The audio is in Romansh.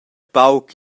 pauc